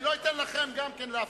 הרי לא אתן לכם גם כן להפריע.